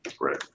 Right